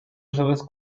usadas